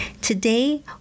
Today